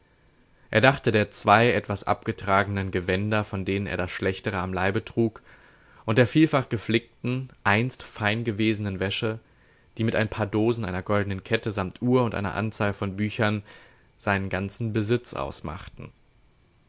er dachte der zwei etwas abgetragenen gewänder von denen er das schlechtere am leibe trug und der vielfach geflickten einst fein gewesenen wäsche die mit ein paar dosen einer goldenen kette samt uhr und einer anzahl von büchern seinen ganzen besitz ausmachten